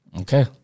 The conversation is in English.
Okay